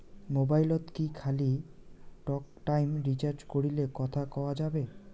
মোবাইলত কি খালি টকটাইম রিচার্জ করিলে কথা কয়া যাবে?